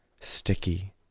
sticky